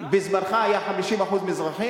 באמת בזמני מונה, בזמנך היו 50% מזרחים?